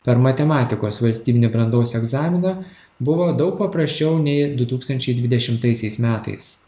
per matematikos valstybinį brandos egzaminą buvo daug paprasčiau nei du tūkstančiai dvidešimtaisiais metais